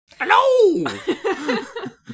Hello